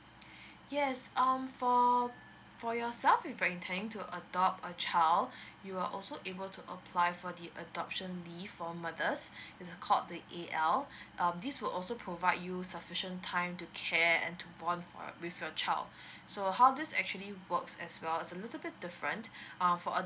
yes um for for yourself if you're intending to adopt a child you are also able to apply for the adoption leave for mothers it is called the A_L um this will also provide you sufficient time to care and to bond for with your child so how this actually works as well it's a little bit different um for